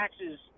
taxes